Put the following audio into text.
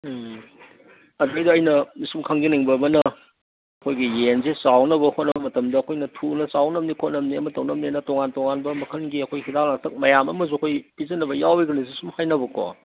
ꯎꯝ ꯑꯗꯩꯗ ꯑꯩꯅ ꯁꯨꯝ ꯈꯪꯖꯅꯤꯡꯕ ꯑꯃꯅ ꯑꯩꯈꯣꯏꯒꯤ ꯌꯦꯟꯁꯦ ꯆꯥꯎꯅꯕ ꯍꯣꯠꯅꯕ ꯃꯇꯝꯗ ꯑꯩꯈꯣꯏꯅ ꯊꯨꯅ ꯆꯥꯎꯅꯕꯅꯤ ꯈꯣꯠꯅꯕꯅꯤ ꯑꯃ ꯇꯧꯅꯕꯅꯦꯅ ꯇꯣꯉꯥꯟ ꯇꯣꯉꯥꯟꯕ ꯃꯈꯟꯒꯤ ꯑꯩꯈꯣꯏ ꯍꯤꯗꯥꯛ ꯂꯥꯡꯊꯛ ꯃꯌꯥꯝ ꯑꯃꯁꯨ ꯑꯩꯈꯣꯏ ꯄꯤꯖꯅꯕ ꯌꯥꯎꯔꯤꯕꯅꯤꯁꯨ ꯁꯨꯝ ꯍꯥꯏꯅꯕꯀꯣ